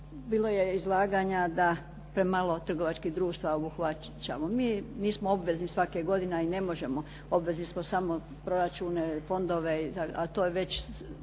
Bilo je izlaganja da premalo trgovačkih društava obuhvaćamo. Mi nismo obavezni svake godine, a i ne možemo, obvezni smo samo proračune, fondove, a to je već